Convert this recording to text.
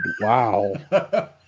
Wow